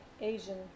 Asian